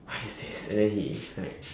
what is this and then he like